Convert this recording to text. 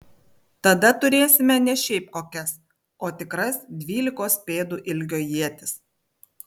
tada turėsime ne šiaip kokias o tikras dvylikos pėdų ilgio ietis